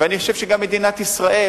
ואני חושב שגם מדינת ישראל,